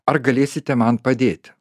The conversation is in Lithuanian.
ar galėsite man padėti